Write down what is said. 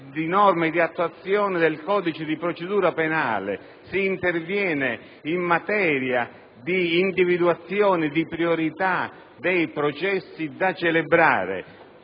di norme di attuazione del codice di procedura penale e di individuazione di priorità dei processi da celebrare.